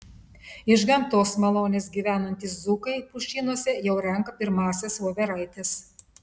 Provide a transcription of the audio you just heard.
iš gamtos malonės gyvenantys dzūkai pušynuose jau renka pirmąsias voveraites